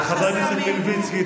חבר הכנסת מלביצקי,